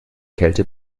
kälte